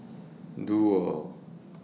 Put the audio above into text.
Duo